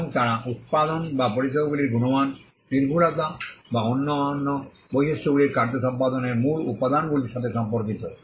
এবং তারা পণ্য উত্পাদন বা পরিষেবাগুলির গুণমান নির্ভুলতা বা অন্যান্য বৈশিষ্ট্যগুলির কার্য সম্পাদনের মূল উপাদানগুলির সাথে সম্পর্কিত